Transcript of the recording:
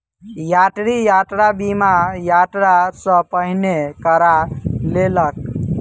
यात्री, यात्रा बीमा, यात्रा सॅ पहिने करा लेलक